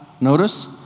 notice